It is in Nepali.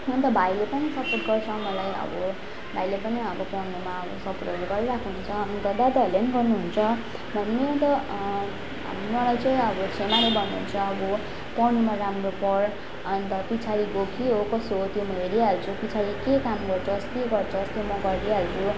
अन्त भाइले पनि सपोर्ट गर्छ मलाई अब भाइले पनि अब पढ्नुमा अब सपोटहरू गरिरहेको हुन्छ अन्त दादाहरूले पनि गर्नुहुन्छ मेन त मलाई चाहिँ अब छेमाले भन्नुहुन्छ अब पढ्नुमा राम्रो पढ् अन्त पछाडिको के हो कसो हो त्यो म हेरिहाल्छु पछाडि के काम गर्छस् के गर्छस् त्यो म गरिदिइहाल्छु